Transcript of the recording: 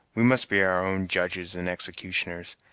we must be our own judges and executioners.